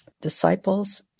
disciples